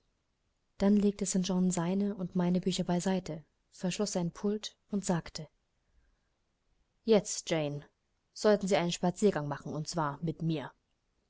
dann legte st john seine und meine bücher beiseite verschloß sein pult und sagte jetzt jane sollen sie einen spaziergang machen und zwar mit mir